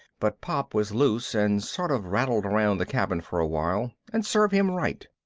but pop was loose and sort of rattled around the cabin for a while and serve him right!